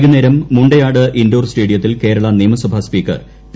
വൈകുന്നേരം മുണ്ടയാട് ഇൻഡോർ സ്റ്റേഡിയത്തിൽ Kerala Niyamasabha speaker P